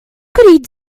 could